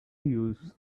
use